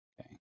Okay